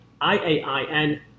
i-a-i-n